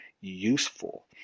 useful